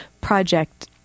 project